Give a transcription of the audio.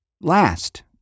last